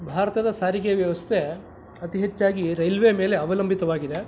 ಭಾರತದ ಸಾರಿಗೆ ವ್ಯವಸ್ಥೆ ಅತಿ ಹೆಚ್ಚಾಗಿ ರೈಲ್ವೆ ಮೇಲೆ ಅವಲಂಬಿತವಾಗಿದೆ